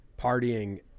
partying